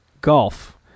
golf